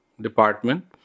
department